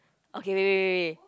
okay wait wait wait wait